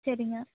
சரிங்க